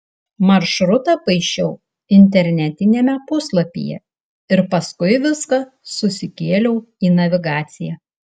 maršrutą paišiau internetiniame puslapyje ir paskui viską susikėliau į navigaciją